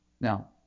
Now